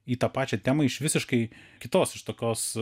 į tą pačią temą iš visiškai kitos iš tokios